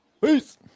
Peace